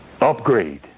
Upgrade